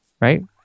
right